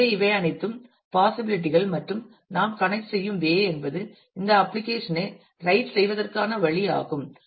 எனவே இவை அனைத்தும் பாஸிபிலிடி கள் மற்றும் நாம் கணக்ட் செய்யும் வே என்பது இந்த அப்ளிகேஷன் ஐ ரைட் செய்வதற்கான வழி ஆகும்